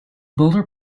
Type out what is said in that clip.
builder